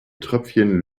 tropfen